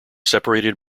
separated